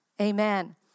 Amen